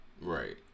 Right